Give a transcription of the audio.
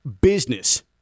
business